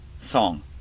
song